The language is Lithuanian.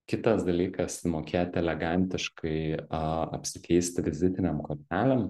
kitas dalykas mokėt elegantiškai a apsikeisti vizitinėm kortelėm